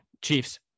Chiefs